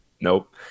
nope